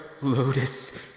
Lotus